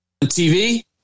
TV